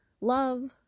love